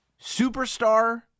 superstar